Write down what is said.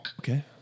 Okay